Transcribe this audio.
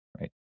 right